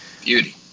Beauty